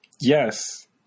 Yes